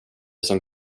som